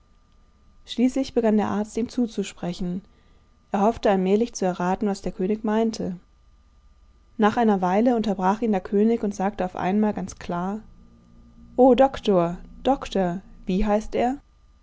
schließlich begann der arzt ihm zuzusprechen er hoffte allmählich zu erraten was der könig meinte nach einer weile unterbrach ihn der könig und sagte auf einmal ganz klar o doktor doktor wie heißt er